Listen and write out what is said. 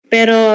Pero